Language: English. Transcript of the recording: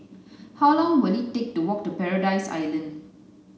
how long will it take to walk to Paradise Island